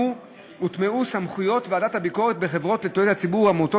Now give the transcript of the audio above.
הותאמו סמכויות ועדות הביקורת בחברות לתועלת הציבור ובעמותות